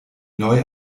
neu